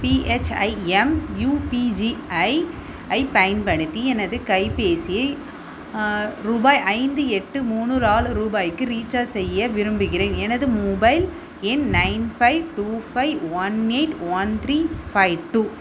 BHIM யுபிஜிஐஐப் பயன்படுத்தி எனது கைபேசியை ருபாய் ஐந்து எட்டு மூணு நாலு ரூபாய்க்கு ரீசார்ஜ் செய்ய விரும்புகிறேன் எனது மொபைல் எண் nine five two five one eight one three five two